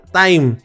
time